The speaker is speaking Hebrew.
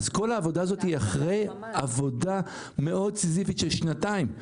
אז כל העבודה הזאת היא אחרי עבודה מאוד סיזיפית של שנתיים.